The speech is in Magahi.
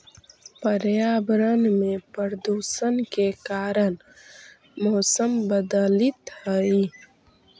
पर्यावरण में प्रदूषण के कारण मौसम बदलित हई